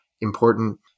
important